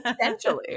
essentially